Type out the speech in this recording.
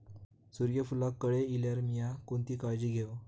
सूर्यफूलाक कळे इल्यार मीया कोणती काळजी घेव?